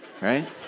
right